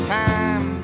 time